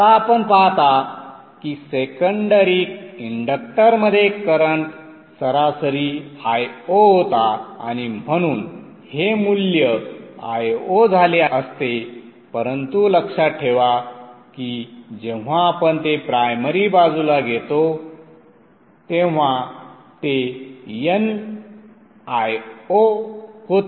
आता आपण पाहता की सेकंडरी इंडक्टरमध्ये करंट सरासरी Io होता आणि म्हणून हे मूल्य Io झाले असते परंतु लक्षात ठेवा की जेव्हा आपण ते प्रायमरी बाजूला घेतो तेव्हा ते n Io होते